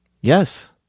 Yes